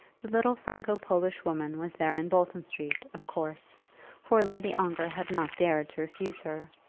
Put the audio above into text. the little franco-polish woman was there in bolton street, of course for lady ongar had not dared to refuse her.